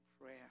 prayer